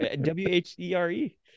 W-H-E-R-E